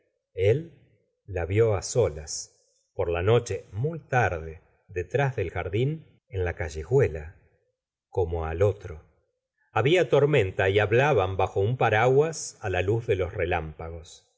él la vió á solas por la noche muy tarde detrás del jardín en la callejuela en la callejuela como al otro rabia tormenta y hablaban bajo un paraguas á la luz de los relámpagos